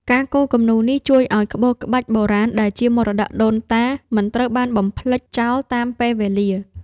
ការគូរគំនូរនេះជួយឱ្យក្បូរក្បាច់បុរាណដែលជាមរតកដូនតា មិនត្រូវបានបំភ្លេចចោលតាមពេលវេលា។